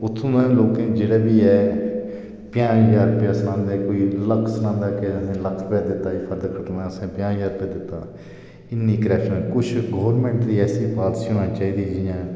उत्थूं ्दा लोकें जेह्ड़ा बी ऐ पंजाह ज्हार रपेआ सनांदा कोई लक्ख रपेआ सनांदा कि लक्ख रपेआ दित्ता जी असें फर्द कट्टने दी जी असें पंजाह ज्हार रपेआ बी दित्ता इन्नी करप्शन कुछ गौरमेंट दियां इन्नियां पालिसियां होंनियां चाही दियां जियां